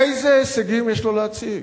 איזה הישגים יש לו להציג?